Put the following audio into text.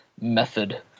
method